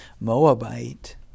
Moabite